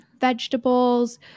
vegetables